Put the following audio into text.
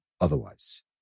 otherwise